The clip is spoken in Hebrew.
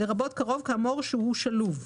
לרבות קרוב כאמור שהוא שלוב.